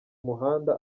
muhanda